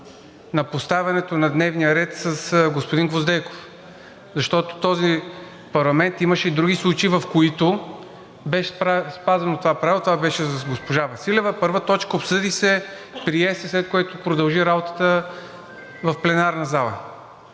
на поставянето на дневния ред с господин Гвоздейков. Защото в този парламент имаше и други случаи, в които беше спазвано това правило, това беше с госпожа Василева – първа точка, обсъди се, прие се, след което продължи работата в пленарната зала.